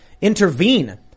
intervene